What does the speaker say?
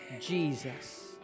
Jesus